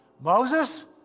Moses